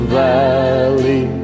valley